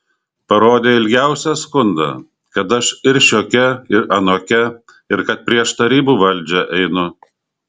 parodė ilgiausią skundą kad aš ir šiokia ir anokia ir kad prieš tarybų valdžią einu